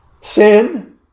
Sin